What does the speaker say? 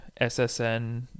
SSN